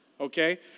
okay